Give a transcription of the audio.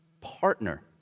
partner